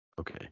Okay